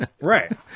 Right